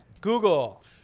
Google